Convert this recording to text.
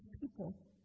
people